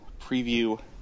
preview